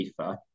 fifa